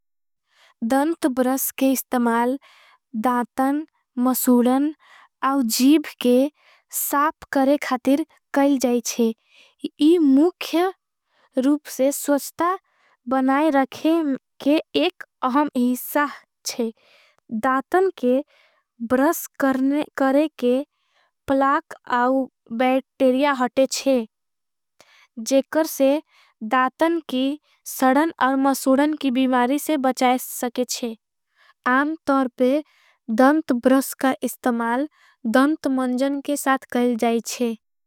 दन्त ब्रस के इस्तमाल दातन मसूडन और जीव के। साप करे खातिर कैल जाईच्छे इस मुख्य रूप से स्वज्टा। बनाई रखे के एक अहम हिस्सा चे दातन के ब्रस करे। के प्लाक और बैटेरिया हटे चे जेकर स दातन की सडन। और मसूडन की बिवारी से बचाय सके चे आम तोर पे। दन्त ब्रस का इस्तमाल दन्त मनजन के साथ करे जाईच्छे।